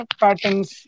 patterns